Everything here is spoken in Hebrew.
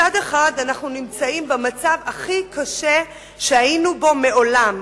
מצד אחד אנחנו נמצאים במצב הכי קשה שהיינו בו מעולם.